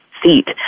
seat